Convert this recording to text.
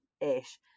ish